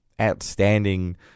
outstanding